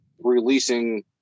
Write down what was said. releasing